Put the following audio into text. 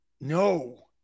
No